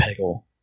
Peggle